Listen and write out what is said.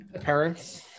Parents